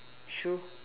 shoe